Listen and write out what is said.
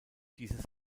dieses